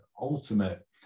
ultimate